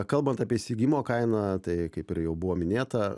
kalbant apie įsigijimo kainą tai kaip ir jau buvo minėta